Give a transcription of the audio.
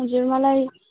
हजुर मलाई